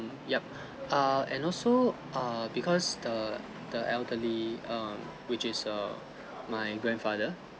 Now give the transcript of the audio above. yup err and also err because the the elderly err which is err my grandfather